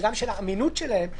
וגם של האמינות שלהן,